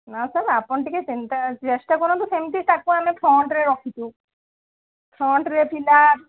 ନା ସାର୍ ଆପଣ ଟିକେ ଚିନ୍ତା ଚେଷ୍ଟା କରନ୍ତୁ ସେମିତି ତା'କୁ ଆମେ ଫ୍ରଣ୍ଟ୍ରେ ରଖିଛୁ ଫ୍ରଣ୍ଟ୍ରେ ଥିଲା